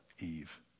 Eve